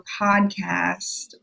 podcast